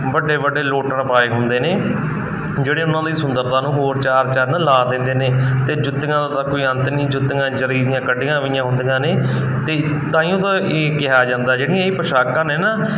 ਵੱਡੇ ਵੱਡੇ ਲੋਟਨ ਪਾਏ ਹੁੰਦੇ ਨੇ ਜਿਹੜੇ ਉਹਨਾਂ ਦੀ ਸੁੰਦਰਤਾ ਨੂੰ ਹੋਰ ਚਾਰ ਚੰਨ ਲਾ ਦਿੰਦੇ ਨੇ ਤੇ ਜੁੱਤੀਆਂ ਦਾ ਤਾਂ ਕੋਈ ਅੰਤ ਨੀ ਜੁੱਤੀਆਂ ਜਰੀ ਦੀਆਂ ਕੱਢੀਆਂ ਹੋਈਆਂ ਹੁੰਦੀਆਂ ਨੇ ਅਤੇ ਤਾਂਹੀਓ ਤਾਂ ਇਹ ਕਿਹਾ ਜਾਂਦਾ ਜਿਹੜੀਆਂ ਇਹ ਪੋਸ਼ਾਕਾਂ ਨੇ ਨਾ ਇਹਨਾਂ